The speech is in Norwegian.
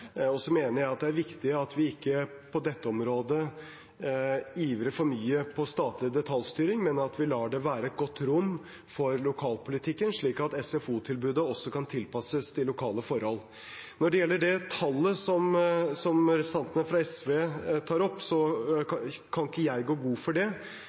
Jeg mener det er viktig at vi på dette området ikke ivrer for mye for statlig detaljstyring, men at vi lar det være et godt rom for lokalpolitikken, slik at SFO-tilbudet også kan tilpasses lokale forhold. Når det gjelder det tallet som representantene fra SV tar opp, kan ikke jeg gå god for det.